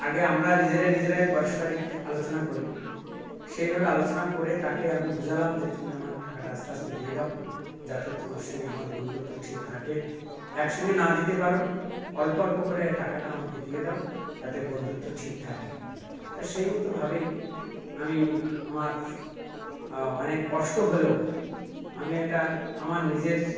আগে আমরা নিজেরা নিজেরাই পারস্পারিক আলোচনা করি সেইভাবে আলোচনা করে তাকে আমি বোঝালাম যে তুমি আমার টাকাটা আস্তে আস্তে দিয়ে দাও যাতে তোমার সঙ্গে আমার বন্ধুত্ব ঠিক থাকে একসঙ্গে না দিতে পারো অল্প অল্প করে টাকাটা আমাকে দিয়ে দাও যাতে বন্ধুত্ব ঠিক থাকে তো সেই মতোভাবেই আমি আমার অনেক কষ্ট হলেও আমি এটা আমার নিজের